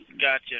Gotcha